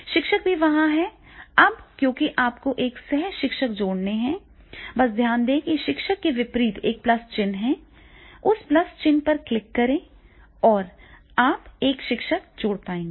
शिक्षक भी वहाँ है अब क्योंकि आप एक सह शिक्षक जोड़ना चाहते हैं बस ध्यान दें कि शिक्षक के विपरीत एक प्लस चिह्न है उस प्लस चिह्न पर क्लिक करें और आप एक शिक्षक जोड़ पाएंगे